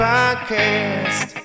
Podcast